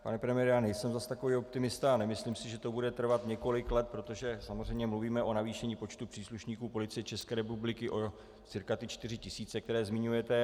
Pane premiére, já nejsem zas takový optimista a nemyslím si, že to bude trvat několik let, protože samozřejmě mluvíme o navýšení počtu příslušníků Policie České republiky o cca 4 tisíce, které zmiňujete.